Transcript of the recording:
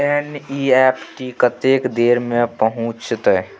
NEFT कत्ते देर में पहुंचतै?